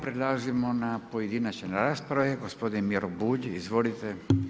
Prelazimo na pojedinačne rasprave, gospodin Miro Bulj, izvolite.